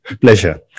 Pleasure